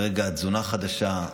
כרגע התזונה חדשה,